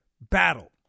battle